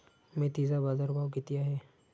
मेथीचा बाजारभाव किती आहे?